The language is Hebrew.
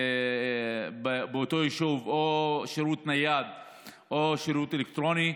באותו יישוב, או שירות נייד או שירות אלקטרוני.